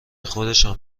خودشان